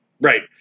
Right